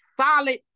solid